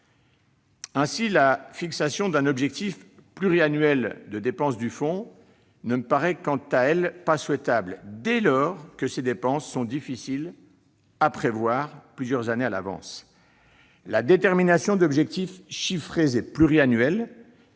fonds. La fixation d'un objectif pluriannuel de dépenses, quant à elle, ne me paraît pas souhaitable, dès lors que ces dépenses sont difficiles à prévoir plusieurs années à l'avance. À mes yeux, la détermination d'objectifs chiffrés pluriannuels